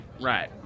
right